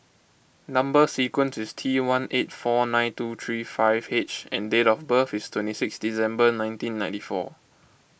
Number Sequence is T one eight four nine two three five H and date of birth is twenty six December nineteen ninety four